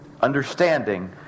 Understanding